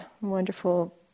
wonderful